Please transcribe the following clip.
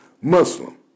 Muslim